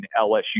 LSU